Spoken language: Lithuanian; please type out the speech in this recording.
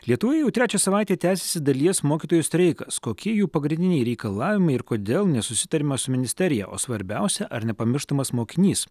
lietuvoje jau trečią savaitę tęsiasi dalies mokytojų streikas kokie jų pagrindiniai reikalavimai ir kodėl nesusitariama su ministerija o svarbiausia ar nepamirštamas mokinys